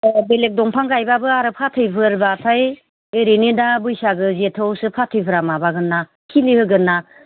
अह बेलेग दंफां गाइबाबो आरो फाथैफोरबाथाय ओरैनो दा बैसागो जेठआवसो फाथैफ्रा माबागोन ना खिलि होगोन ना